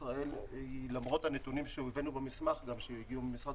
למרות הנתונים שהבאנו במסמך ושהגיעו ממשרד